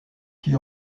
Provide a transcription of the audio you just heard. qui